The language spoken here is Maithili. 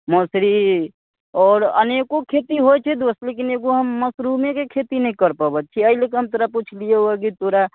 मसुरी आओर अनेको खेती होइ छै दोस्त लेकिन एगो हम मशरूमेके खेती नहि करि पबैत छियै एहि ले के हम तोरा पुछलियौ हँ कि तोरा